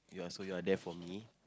ya so you're there for me